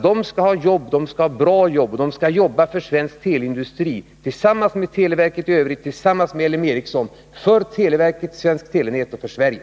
De skall ha jobb. De skall ha bra jobb, och de skall jobba för svensk teleindustri tillsammans med televerket i Övrigt och tillsammans med L M Ericsson — för televerket, för svenskt telenät och för Sverige.